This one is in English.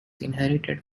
inherited